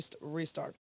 Restart